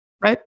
right